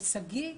ושגית,